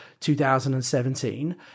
2017